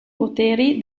poteri